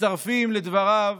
מצטרפים לדבריו